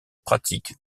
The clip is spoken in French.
pratique